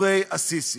דברי א-סיסי.